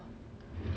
后面那